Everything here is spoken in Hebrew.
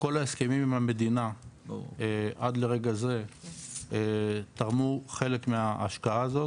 כל ההסכמים עם המדינה עד לרגע זה תרמו חלק מההשקעה הזאת,